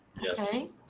yes